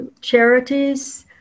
charities